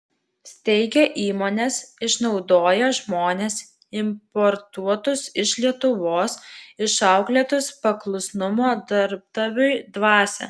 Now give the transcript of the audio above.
steigia įmones išnaudoja žmones importuotus iš lietuvos išauklėtus paklusnumo darbdaviui dvasia